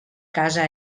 casa